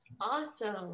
Awesome